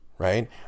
right